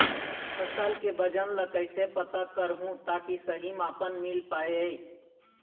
फसल के वजन ला कैसे पता करहूं ताकि सही मापन मील पाए?